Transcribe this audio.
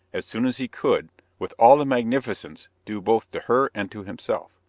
as soon as he could, with all the magnificence due both to her and to himself.